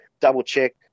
double-check